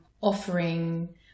offering